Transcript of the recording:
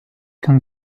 can